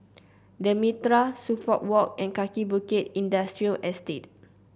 The Mitraa Suffolk Walk and Kaki Bukit Industrial Estate